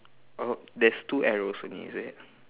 oh there's two arrows only is it